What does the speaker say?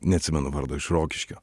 neatsimenu vardo iš rokiškio